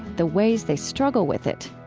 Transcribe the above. the ways they struggle with it,